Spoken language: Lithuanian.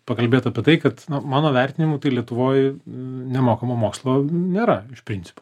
pakalbėt apie tai kad mano vertinimu tai lietuvoj nemokamo mokslo nėra iš principo